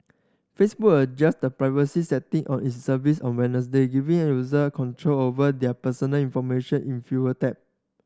Facebook adjusted the privacy setting on its service on Wednesday giving user control over their personal information in fewer tap